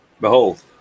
Behold